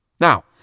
Now